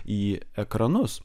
į ekranus